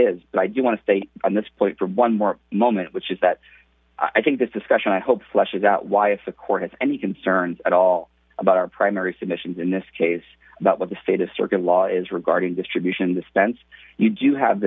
do want to stay on this point for one more moment which is that i think this discussion i hope flushes out why if the court has any concerns at all about our primary submissions in this case about what the state of circuit law is regarding distribution dispense you do have